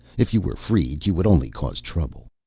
if you were freed you would only cause trouble.